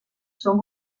són